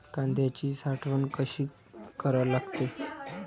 कांद्याची साठवन कसी करा लागते?